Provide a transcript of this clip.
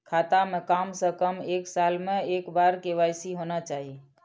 खाता में काम से कम एक साल में एक बार के.वाई.सी होना चाहि?